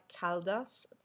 Caldas